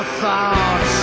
thoughts